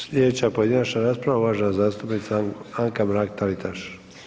Slijedeća pojedinačna rasprava uvažena zastupnica Anka Mrak-Taritaš.